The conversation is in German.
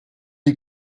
die